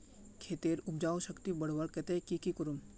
खेतेर उपजाऊ शक्ति बढ़वार केते की की करूम?